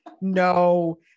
No